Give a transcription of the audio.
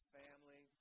family